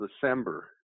December